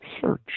Search